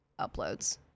uploads